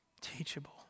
teachable